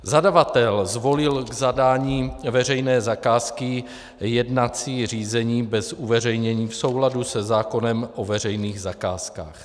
Zadavatel zvolil k zadání veřejné zakázky jednací řízení bez uveřejnění v souladu se zákonem o veřejných zakázkách.